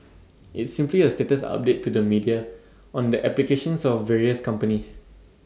it's simply A status update to the media on the applications of various companies